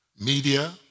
media